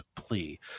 plea